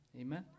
amen